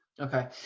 Okay